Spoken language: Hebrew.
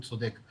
הוא צודק.